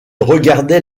regardait